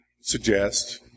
suggest